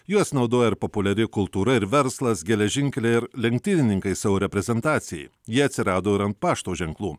juos naudojo ir populiari kultūra ir verslas geležinkeliai ir lenktynininkai savo reprezentacijai jie atsirado ir ant pašto ženklu